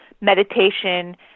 meditation